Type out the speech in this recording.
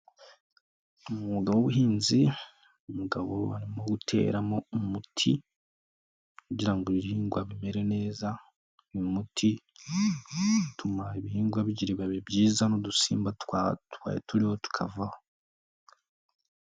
Umwuga w'ubuhinzi, umugabo arimo guteramo umuti kugira ngo ibihingwa bimere neza, uyu muti utuma ibihingwa bigira ibibabi byiza n'udusimba twari turiho tukavaho.